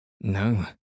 No